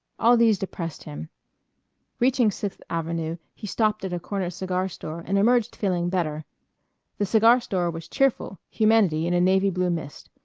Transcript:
all these depressed him reaching sixth avenue he stopped at a corner cigar store and emerged feeling better the cigar store was cheerful, humanity in a navy blue mist,